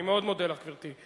אני מאוד מודה לך, גברתי.